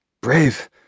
brave